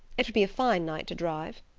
it would be a fine night to drive.